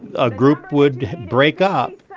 a group would break up,